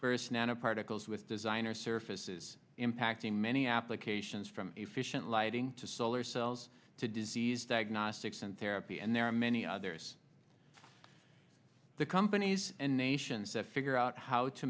money nanoparticles with designer surfaces impacting many applications from efficient lighting to solar cells to disease diagnostics and therapy and there are many others the companies and nations that figure out how to